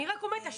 אני רק אומרת,